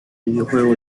videojuego